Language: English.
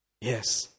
Yes